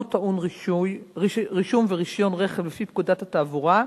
טעון רישום ורשיון רכב לפי פקודת התעבורה,